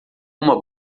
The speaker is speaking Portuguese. uma